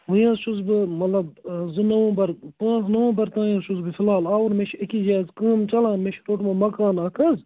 وُنہِ حظ چھُس بہٕ مطلب زٕ نومبر پانٛژھ نومبر تانۍ حظ چھُس بہٕ فِلحال آوُر مےٚ چھِ أکِس جایہِ حظ کٲم چلان مےٚ چھِ روٚٹمُت مکان اَکھ حظ